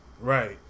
Right